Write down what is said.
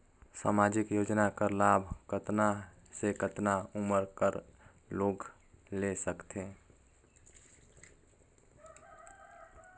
समाजिक योजना कर लाभ कतना से कतना उमर कर लोग ले सकथे?